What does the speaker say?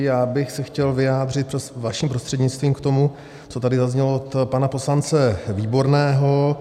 Já bych se chtěl vyjádřit, vaším prostřednictvím, k tomu, co tady zaznělo od pana poslance Výborného.